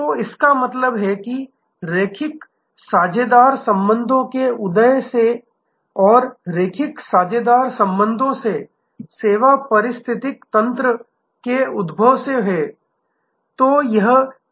तो इसका मतलब है कि रैखिक साझेदार संबंधों के उदय से और रैखिक साझेदार संबंधों से सेवा पारिस्थितिकी तंत्र के उद्भव से हैं